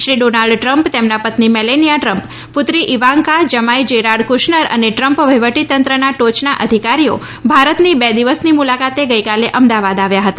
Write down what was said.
Shri Donald Trump તેમના પત્ની Melania Trump પુત્રી ઇવાન્કા ટ્રમ્પ જમાઇ જેરાડ કુશનર અને ટ્રમ્પ વહિવટીતંત્રના ટોચના અધિકારીઓ ભારતની બે દિવસની મુલાકાતે ગઇકાલે અમદાવાદ આવ્યા હતા